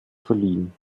verliehen